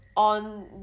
On